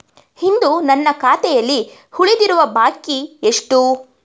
ಇಂದು ನನ್ನ ಖಾತೆಯಲ್ಲಿ ಉಳಿದಿರುವ ಬಾಕಿ ಎಷ್ಟು?